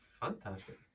Fantastic